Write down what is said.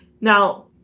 Now